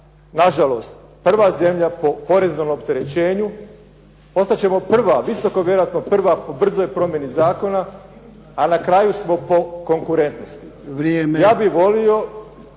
nažalost, prva zemlja po poreznom opterećenju, postat ćemo prva, visoko vjerojatno prva po brzoj promjeni zakona, a na kraju smo po konkurentnosti. Ja bih volio